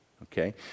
Okay